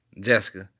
Jessica